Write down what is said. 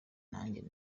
ninjye